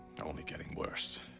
only getting worse.